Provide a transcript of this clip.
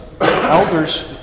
elders